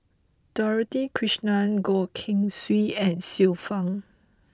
Dorothy Krishnan Goh Keng Swee and Xiu Fang